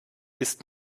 ist